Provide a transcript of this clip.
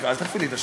אל תפעילי את השעון.